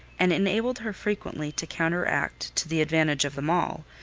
and enabled her frequently to counteract, to the advantage of them all,